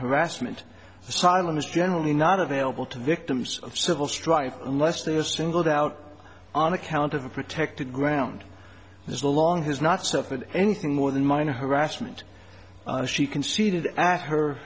harassment asylum is generally not available to victims of civil strife unless they are singled out on account of a protected ground this along has not suffered anything more than minor harassment she conceded act her